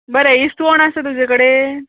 बरें इसवण आसा तुजे कडेन